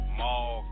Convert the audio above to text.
mall